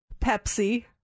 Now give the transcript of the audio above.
pepsi